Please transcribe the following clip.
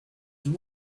you